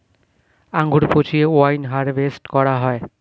আঙ্গুর পচিয়ে wine harvest করা হয়